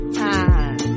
time